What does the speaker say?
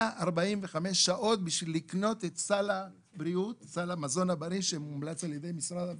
145 שעות כדי לקנות את סל המזון הבריא שמומלץ על ידי משרד הבריאות.